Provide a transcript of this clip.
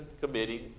committing